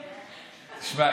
שמע,